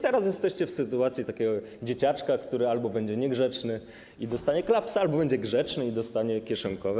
Teraz jesteście w sytuacji takiego dzieciaczka, który albo będzie niegrzeczny i dostanie klapsa, albo będzie grzeczny i dostanie kieszonkowe.